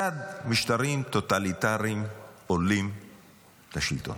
"כיצד משטרים טוטליטריים עולים לשלטון".